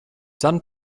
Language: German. dann